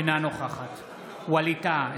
אינה נוכחת ווליד טאהא,